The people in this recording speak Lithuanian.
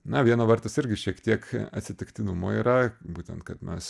na viena vertus irgi šiek tiek atsitiktinumo yra būtent kad mes